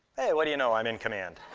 hey, what do you know? i'm in command.